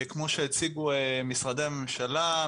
כמו שהציגו משרדי הממשלה,